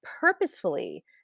purposefully